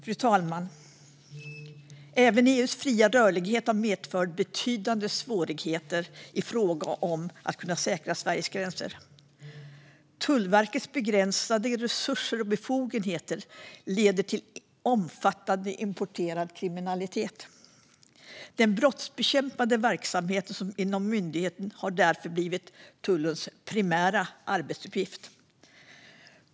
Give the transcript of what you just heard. Fru talman! Även EU:s fria rörlighet har medfört betydande svårigheter i fråga om att kunna säkra Sveriges gränser. Tullverkets begränsade resurser och befogenheter leder till omfattande importerad kriminalitet. Den brottsbekämpande verksamheten inom myndigheten har därför blivit tullens primära arbetsuppgift.